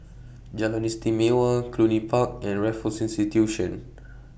Jalan Istimewa Cluny Park and Raffles Institution